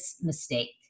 mistake